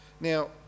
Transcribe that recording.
Now